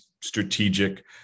strategic